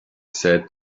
said